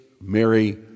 Mary